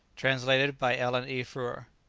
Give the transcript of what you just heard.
translated by ellen e. frewer